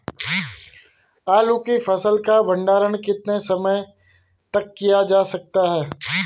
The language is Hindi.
आलू की फसल का भंडारण कितने समय तक किया जा सकता है?